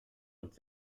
und